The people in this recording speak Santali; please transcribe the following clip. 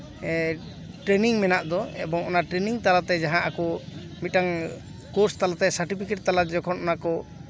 ᱴᱨᱮᱱᱤᱝ ᱢᱮᱱᱟᱜ ᱫᱚ ᱚᱱᱟ ᱴᱨᱮᱱᱤᱝ ᱛᱟᱞᱟᱛᱮ ᱡᱟᱦᱟᱸ ᱟᱠᱚ ᱢᱤᱫᱴᱟᱝ ᱠᱳᱨᱥ ᱛᱟᱞᱟᱛᱮ ᱥᱟᱨᱴᱚᱯᱷᱤᱠᱮᱴ ᱛᱟᱞᱟᱛᱮ ᱡᱚᱠᱷᱚᱱ ᱟᱠᱚ